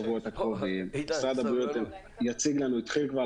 בשבועות הקרובים יחלו דיוני תקציב ומשרד הבריאות התחיל